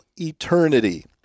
Eternity